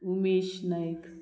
Umesh Naik